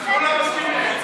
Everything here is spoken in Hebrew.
חוק ומשפט לקריאה שנייה ושלישית.